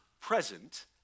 present